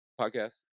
podcast